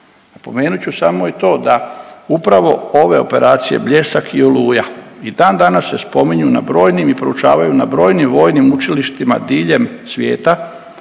Spomenut ću samo i to da upravo ove operacije, Bljesak i Oluja i dandanas se spominju na brojnim i proučavaju na brojnim vojnim učilištima diljem svijeta